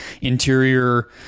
interior